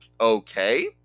okay